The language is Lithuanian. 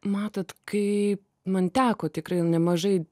matot kai man teko tikrai nemažai